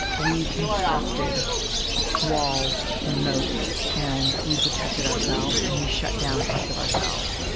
we constructed walls and moats and we protected ourselves and we shut down parts of ourselves.